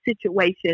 situation